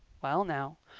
well now,